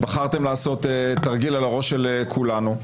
בחרתם לעשות תרגיל על הראש של כולנו.